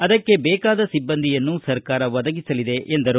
ಅದಕ್ಕೆ ಬೇಕಾದ ಸಿಬ್ದಂದಿಯನ್ನು ಸರ್ಕಾರ ಒದಗಿಸಲಿದೆ ಎಂದರು